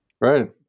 Right